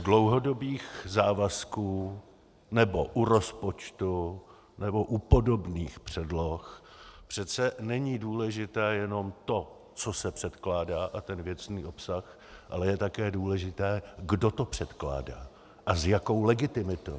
U dlouhodobých závazků nebo u rozpočtu nebo u podobných předloh přece není důležité jenom to, co se předkládá, a ten věcný obsah, ale je také důležité, kdo to předkládá a s jakou legitimitou.